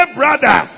brother